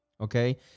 Okay